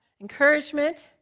Encouragement